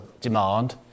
demand